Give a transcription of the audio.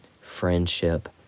friendship